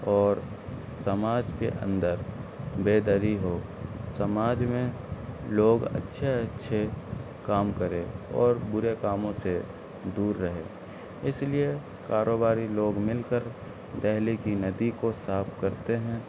اور سماج کے اندر بیداری ہو سماج میں لوگ اچھے اچھے کام کرے اور برے کاموں سے دور رہے اس لیے کاروباری لوگ مل کر دہلی کی ندی کو صاف کرتے ہیں